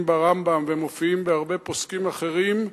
ברמב"ם ומופיעים אצל הרבה פוסקים אחרים,